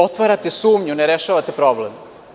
Otvarate sumnju, ne rešavate problem.